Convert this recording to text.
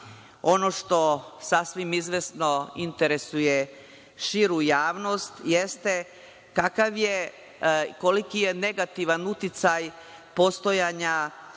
ono što sasvim izvesno interesuje širu javnost jeste kakav je, koliki je negativan uticaj postojanja